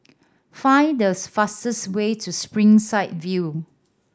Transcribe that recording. find thus fastest way to Springside View